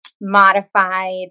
modified